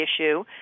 issue